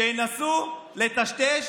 כשינסו לטשטש